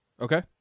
Okay